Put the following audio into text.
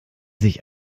sich